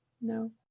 no